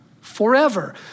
forever